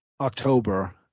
October